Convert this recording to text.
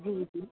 जी